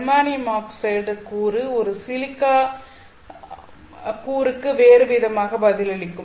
ஜெர்மானியம் oxide கூறு ஒரு silica கூறுக்கு வேறுவிதமாக பதிலளிக்கும்